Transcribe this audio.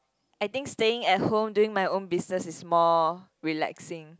I think staying at home doing my own business is more relaxing